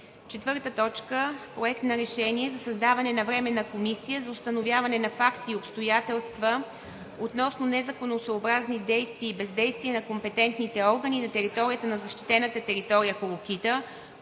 представители. 4. Проект на решение за създаване на Временна комисия за установяване на факти и обстоятелства относно незаконосъобразни действия и бездействия на компетентните органи на територията на защитената територия „Колокита“